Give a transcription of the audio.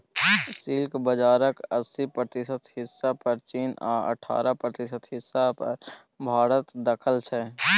silk बजारक अस्सी प्रतिशत हिस्सा पर चीन आ अठारह प्रतिशत हिस्सा पर भारतक दखल छै